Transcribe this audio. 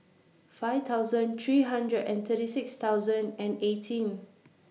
five thousand three hundred and thirty six thousand and eighteen